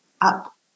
up